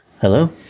Hello